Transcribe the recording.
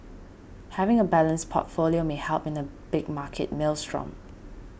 having a balanced portfolio may help in a big market maelstrom